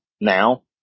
now